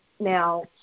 Now